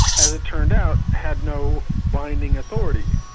as it turned out, had no binding authority.